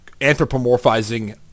anthropomorphizing